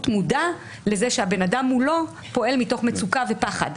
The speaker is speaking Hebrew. מודע לזה שהבן אדם מולו פועל מתוך מצוקה ופחד,